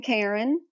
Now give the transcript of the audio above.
Karen